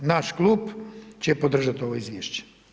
Naš klub će podržati ovo izvješće.